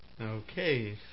Okay